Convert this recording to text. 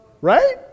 Right